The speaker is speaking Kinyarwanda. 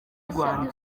rwanda